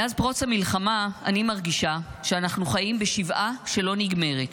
מאז פרוץ המלחמה אני מרגישה שאנחנו חיים בשבעה שלא נגמרת.